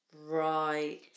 Right